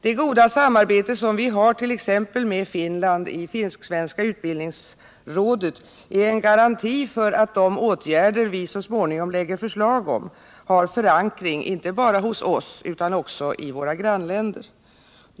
Det goda samarbete vi har t.ex. med Finland i finsk-svenska utbildningsrådet är en garanti för att de åtgärder vi så småningom lägger förslag om har förankring inte bara hos oss utan också i våra grannländer.